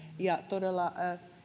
ja todella